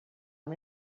amb